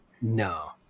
no